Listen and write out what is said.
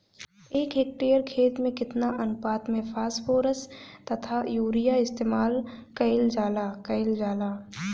एक हेक्टयर खेत में केतना अनुपात में फासफोरस तथा यूरीया इस्तेमाल कईल जाला कईल जाला?